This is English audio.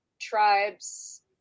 tribes